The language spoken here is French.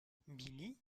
billy